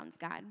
God